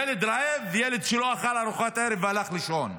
ילד רעב, ילד שלא אכל ארוחת ערב והלך לישון,